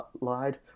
lied